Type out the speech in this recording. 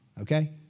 Okay